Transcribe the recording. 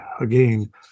again